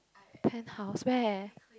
penthouse where